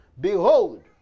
Behold